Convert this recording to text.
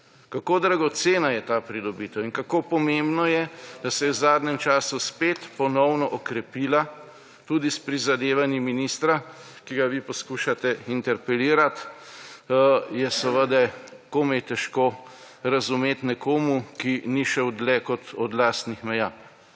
Kako dragocena je ta pridobitev in kako pomembno je, da se je v zadnjem času spet ponovno okrepila tudi s prizadevanji ministra, ki ga vi poskušate interpelirati, je seveda komaj težko razumeti nekomu, ki ni šel dlje kot od lastnih meja.